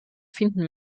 finden